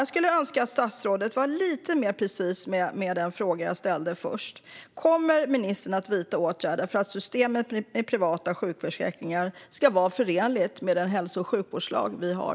Jag skulle önska att statsrådet var lite mer precis med den fråga som jag ställde först: Kommer ministern att vidta åtgärder för att systemet med privata sjukförsäkringar ska vara förenligt med den hälso och sjukvårdslag som vi har?